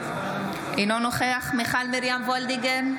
אינו נוכח מיכל מרים וולדיגר,